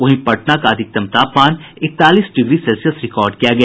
वहीं पटना अधिकतम तापमान इकतालीस डिग्री सेल्सियस रिकॉर्ड किया गया